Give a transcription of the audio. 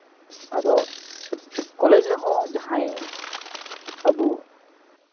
ᱟᱫᱚ ᱠᱚᱞᱮᱡᱽ ᱨᱮᱦᱚᱸ ᱡᱟᱦᱟᱸᱭ ᱟᱵᱚ